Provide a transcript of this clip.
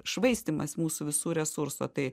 švaistymas mūsų visų resurso tai